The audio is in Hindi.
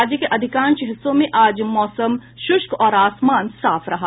राज्य के अधिकांश हिस्सों में आज मौसम शुष्क और आसमान साफ रहा